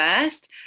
first